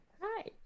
Hi